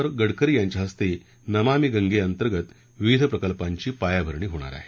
त्याचबरोबर गडकरी यांच्या हस्ते नमामी गंगे अंतर्गत विविध प्रकल्पांची पायाभरणी होणार आहे